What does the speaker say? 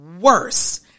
worse